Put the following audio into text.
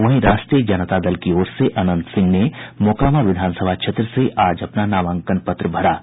वहीं राष्ट्रीय जनता दल की ओर से अनंत सिंह ने मोकामा विधानसभा क्षेत्र से आज अपना नामांकन पत्र दाखिल किया है